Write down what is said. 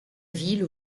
ville